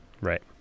Right